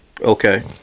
Okay